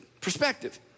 perspective